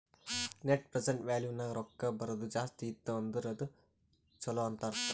net present value ನಾಗ್ ರೊಕ್ಕಾ ಬರದು ಜಾಸ್ತಿ ಇತ್ತು ಅಂದುರ್ ಅದು ಛಲೋ ಅಂತ್ ಅರ್ಥ